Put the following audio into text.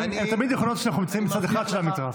הן תמיד נכונות כשאנחנו נמצאים בצד אחד של המתרס.